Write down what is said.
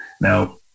Now